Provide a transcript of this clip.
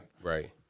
Right